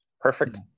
perfect